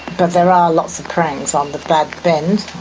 but there are lots of prangs on the bad bend,